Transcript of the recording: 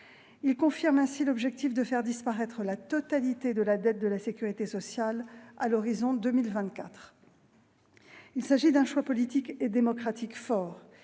confirme ainsi l'objectif de faire disparaître la totalité de la dette de la sécurité sociale à l'horizon 2024. Il s'agit d'un choix politique et démocratique fort